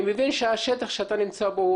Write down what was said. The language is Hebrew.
שאני מברך אותך שוב על הישיבה הזאת,